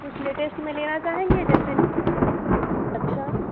कुछ लेटेस्ट में लेना चाहेंगे जैसे अच्छा